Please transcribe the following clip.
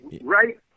Right